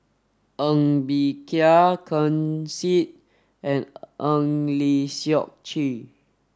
Ng Bee Kia Ken Seet and Eng Lee Seok Chee